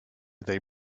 they